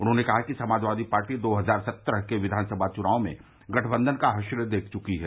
उन्होंने कहा कि समाजवादी पार्टी दो हज़ार सत्रह के विधानसभा चुनाव में गठबंधन का हश्र देख च्की है